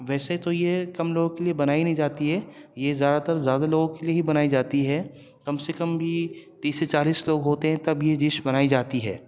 ویسے تو یہ کم لوگوں کے لیے بنائی نہیں جاتی ہے یہ زیادہ تر زیادہ لوگوں کے لیے ہی بنائی جاتی ہے کم سے کم بھی تیس سے چالیس لوگ ہوتے ہیں تب یہ ڈش بنائی جاتی ہے